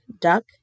duck